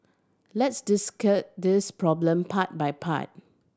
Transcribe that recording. let's this problem part by part